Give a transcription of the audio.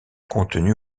contenu